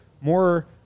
more